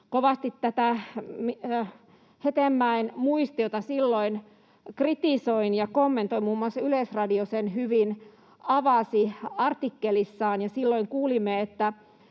Kovasti tätä Hetemäen muistiota silloin kritisoin ja kommentoin. Muun muassa Yleisradio sen hyvin avasi artikkelissaan, ja silloin kuulimme, että